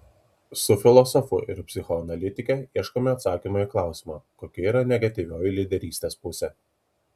su filosofu ir psichoanalitike ieškome atsakymo į klausimą kokia yra negatyvioji lyderystės pusė